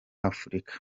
afurika